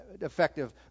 effective